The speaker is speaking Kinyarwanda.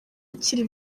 akiri